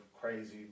crazy